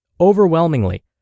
Overwhelmingly